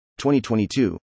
2022